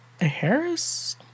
Harris